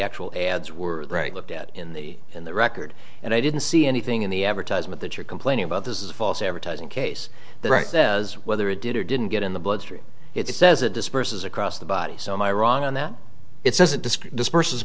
actual ads were right looked at in the in the record and i didn't see anything in the advertisement that you're complaining about this is false advertising case the right says whether it did or didn't get in the bloodstream it says it disperses across the body so my wrong on that it says a disk disperse